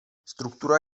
struktura